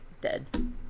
dead